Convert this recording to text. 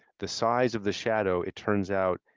the size of the shadow, it turns out,